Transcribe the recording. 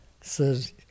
says